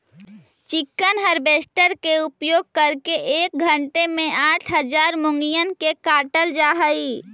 chicken harvester के उपयोग करके एक घण्टे में आठ हजार मुर्गिअन के काटल जा हई